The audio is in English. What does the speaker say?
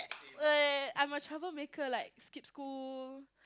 eh I'm a troublemaker like skip school